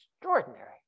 extraordinary